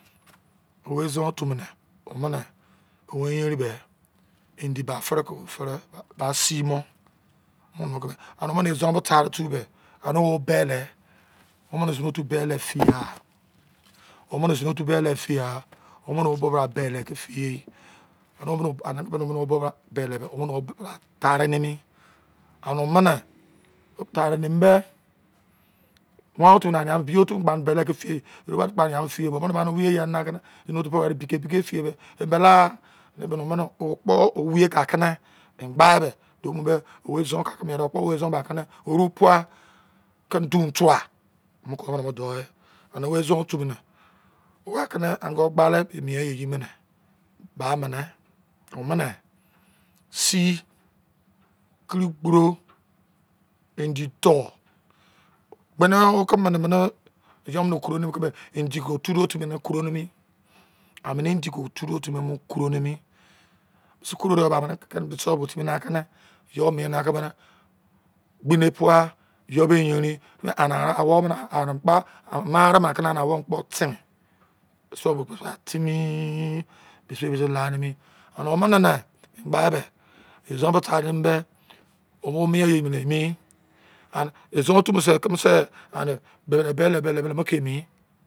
O wei izon otu ne o mene wo yerin me indi ba fere ke wo fere ba simo mo ke ane o mene izon bo tara tu ke ane wo bele wo mene zino otu bele fi yai wo mene u bo bra bele fi ye ane wo mene o bo bele tare nini, ane o mene tare ni be wan otu bo na bio otu kpo gba ne bele ke fi ye yoruba otu ane ya be fiye bo o mene na wi yo yan nana kene zin otu kpo were bi ke bike fi ye de imelegha ome ne wo kpo wi ye kake ne em gba de we izon ka keme oni pai ken do tuwa a ne me izon otu me ne wo ke ne ongu gbale ke emi mien ye emi ne gba me ne omene si, kiri gboro indi dou wene o ke mene mene yo no o kon mene keme turo timi ne o koro ni amene indi koro nini si koro de ba amene bo timi na ke ne yo mien ne gbi ne tuwa iyo be erein a wobo ne ane gba ane arema ka na awobo kpo ten mise yo kpo me bra timi mis erein la miene an omene ne e gba be izon bo taro embe o mo mien ye ne emi an izon otu bo se keme se ane gbade bele bele bele moke emi